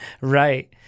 Right